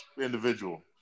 individual